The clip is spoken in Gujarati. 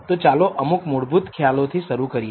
તો ચાલો અમુક મૂળભૂત ખ્યાલો થી શરૂ કરીએ